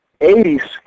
80s